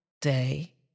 day